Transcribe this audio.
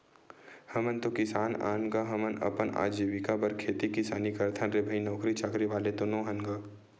हमन तो किसान अन गा, हमन अपन अजीविका बर खेती किसानी करथन रे भई नौकरी चाकरी वाले तो नोहन गा